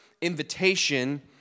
invitation